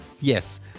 Yes